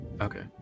Okay